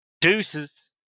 Deuces